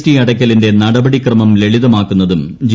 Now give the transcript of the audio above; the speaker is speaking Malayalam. ടി അടയ്ക്കലിന്റെ നടപടി ക്രമം ലളിതമാക്കുന്നതും ജി